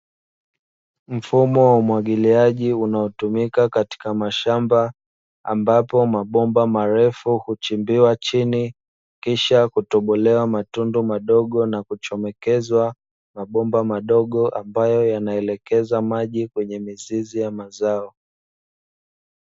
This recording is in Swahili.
Mfumo wa umwagiliaji unaotumika katika mashamba ambapo mabomba marefu huchimbiwa chini kisha kutobolewa matundu madogo, na kuchomokezwa mabomba madogo ambayo yanaelekeza maji kwenye mizizi ya mazao.